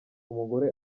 umugore